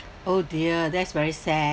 oh dear that's very sad